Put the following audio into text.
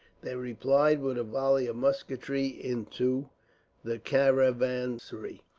they replied with a volley of musketry into the caravansary,